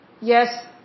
Yes